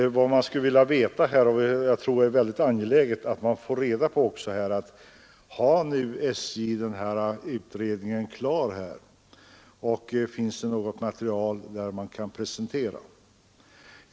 Men vad man skulle vilja veta, och det tror jag är mycket angeläget att få reda på, är om SJ nu har den här utredningen klar, och om det finns något material att presentera.